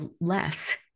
less